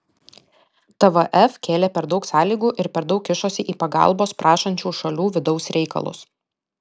tvf kėlė per daug sąlygų ir per daug kišosi į pagalbos prašančių šalių vidaus reikalus